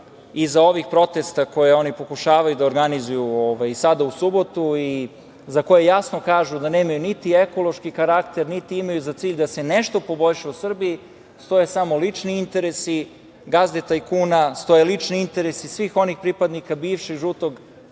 iza ovih protesta koje oni pokušavaju da organizuju sada u subotu i za koje jasno kažu da nemaju niti ekološki karakter, niti imaju za cilj da se nešto poboljša u Srbiji, stoje samo lični interesi gazde i tajkuna, stoje lični interesi svih onih pripadnika bivšeg žutog